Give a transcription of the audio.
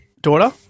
daughter